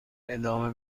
ادامه